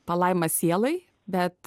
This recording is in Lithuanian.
palaima sielai bet